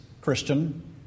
Christian